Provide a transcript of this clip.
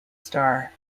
star